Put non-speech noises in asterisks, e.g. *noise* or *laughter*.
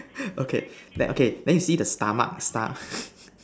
*laughs* okay okay then you see the stomach star *laughs*